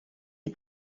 est